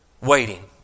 waiting